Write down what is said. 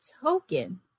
token